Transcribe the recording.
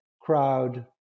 crowd